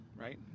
right